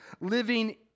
living